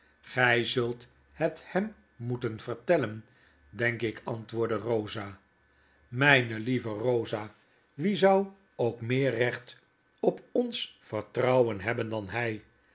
gy zult het hem moeten vertellen denk ik antwoordde rosa w myne lieve rosa wie zou ook meerrecht op ons vertrouwen hebben dan hij